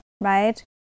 right